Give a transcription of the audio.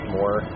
more